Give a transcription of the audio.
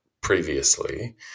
previously